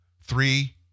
Three